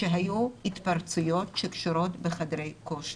שהיו התפרצויות שקשורות בחדרי כושר.